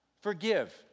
Forgive